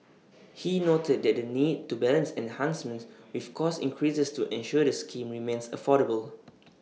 he noted that the need to balance enhancements with cost increases to ensure the scheme remains affordable